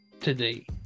today